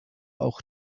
auch